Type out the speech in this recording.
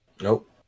Nope